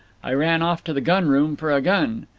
i ran off to the gun-room for a gun.